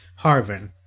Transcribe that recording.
Harvin